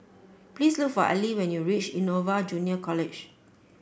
please look for Allie when you reach Innova Junior College